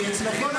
כי אצלכם,